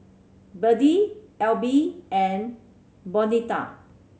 Birtie Elby and Bonita